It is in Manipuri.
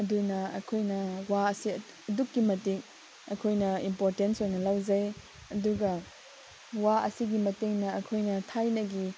ꯑꯗꯨꯅ ꯑꯩꯈꯣꯏꯅ ꯋꯥ ꯑꯁꯤ ꯑꯗꯨꯛꯀꯤ ꯃꯇꯤꯛ ꯑꯩꯈꯣꯏꯅ ꯏꯝꯄꯣꯔꯇꯦꯟꯁ ꯑꯣꯏꯅ ꯂꯧꯖꯩ ꯑꯗꯨꯒ ꯋꯥ ꯑꯁꯤꯒꯤ ꯃꯇꯦꯡꯅ ꯑꯩꯈꯣꯏꯅ ꯊꯥꯏꯅꯒꯤ